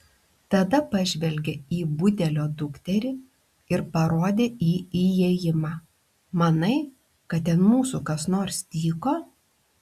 tada pažvelgė į budelio dukterį ir parodė į įėjimą manai kad ten mūsų kas nors tyko